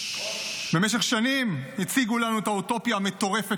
במשך שנים הציגו לנו את האוטופיה המטורפת